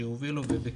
שיובילו ובכייף.